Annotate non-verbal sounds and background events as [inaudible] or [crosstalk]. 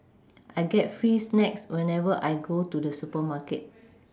I get free snacks whenever I go to the supermarket [noise]